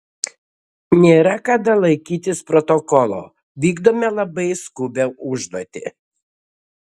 nėra kada laikytis protokolo vykdome labai skubią užduotį